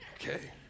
Okay